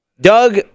Doug